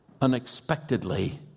unexpectedly